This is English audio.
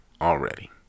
already